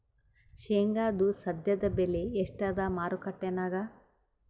ಶೇಂಗಾದು ಸದ್ಯದಬೆಲೆ ಎಷ್ಟಾದಾ ಮಾರಕೆಟನ್ಯಾಗ?